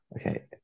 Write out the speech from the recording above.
okay